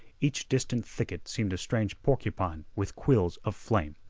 each distant thicket seemed a strange porcupine with quills of flame.